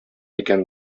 икән